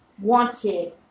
wanted